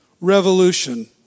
Revolution